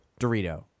Dorito